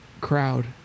crowd